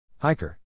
Hiker